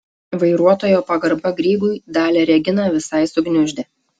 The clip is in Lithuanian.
vairuotojo pagarba grygui dalią reginą visai sugniuždė